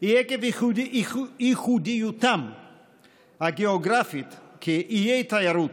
היא ייחודיותם הגיאוגרפית כאיי תיירות,